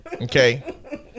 Okay